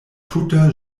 tuta